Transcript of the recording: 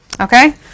okay